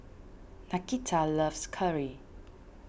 Nakita loves curry